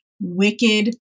wicked